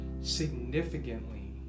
significantly